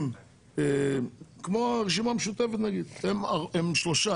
כמו הרשימה המשותפת - היום הם שלושה